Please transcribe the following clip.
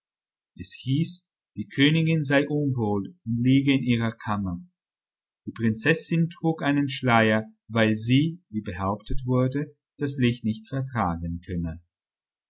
es hieß die königin sei unwohl und liege in ihrer kammer die prinzessin trug einen schleier weil sie wie behauptet wurde das licht nicht vertragen könne